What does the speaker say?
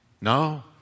No